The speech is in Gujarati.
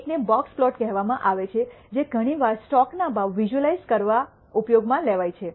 એકને બોક્સ પ્લોટ કહેવામાં આવે છે જે ઘણીવાર સ્ટોકના ભાવ વિશ઼ૂઅલાઇજ઼ કરવા ઉપયોગમાં લેવાય છે